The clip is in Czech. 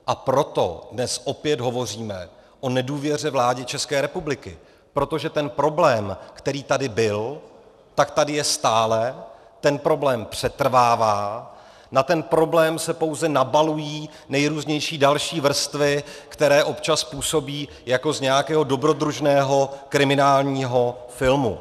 A proto dnes opět hovoříme o nedůvěře vládě České republiky, protože ten problém, který tady byl, tak tady je stále, ten problém přetrvává, na ten problém se pouze nabalují nejrůznější další vrstvy, které občas působí jako z nějakého dobrodružného kriminálního filmu.